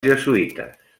jesuïtes